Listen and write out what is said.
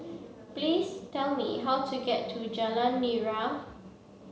please tell me how to get to Jalan Nira